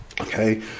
Okay